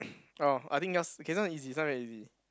oh I think yours okay this one easy this one very easy